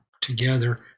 together